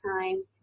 time